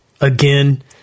Again